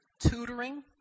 tutoring